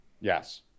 Yes